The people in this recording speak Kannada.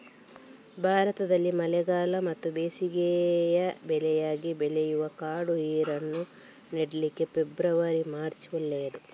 ಭಾರತದಲ್ಲಿ ಮಳೆಗಾಲ ಮತ್ತೆ ಬೇಸಿಗೆ ಬೆಳೆಯಾಗಿ ಬೆಳೆಯುವ ಕಾಡು ಹೀರೆಯನ್ನ ನೆಡ್ಲಿಕ್ಕೆ ಫೆಬ್ರವರಿ, ಮಾರ್ಚ್ ಒಳ್ಳೇದು